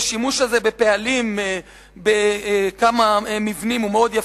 השימוש הזה בפעלים בכמה בניינים הוא מאוד יפה,